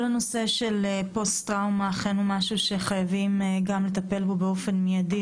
כל הנושא של פוסט-טראומה הוא אכן נושא שחייבים לטפל בו באופן מיידי.